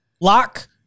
Lock